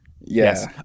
Yes